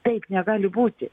taip negali būti